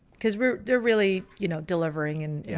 because we're really, you know, delivering and